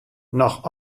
noch